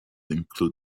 include